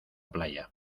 playa